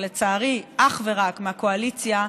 ולצערי אך ורק מהקואליציה,